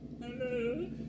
Hello